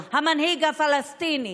המנהיג הפלסטיני.